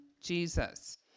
Jesus